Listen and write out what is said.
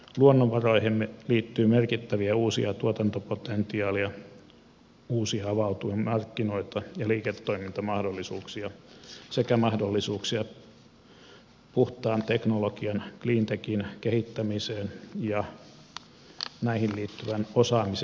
luonnonvaroihimme liittyy merkittävää uutta tuotantopotentiaalia uusia avautuvia markkinoita ja liiketoimintamahdollisuuksia sekä mahdollisuuksia puhtaan teknologian cleantechin kehittämiseen ja näihin liittyvän osaamisen vientiin